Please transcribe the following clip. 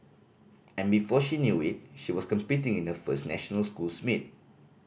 and before she knew it she was competing in her first national schools meet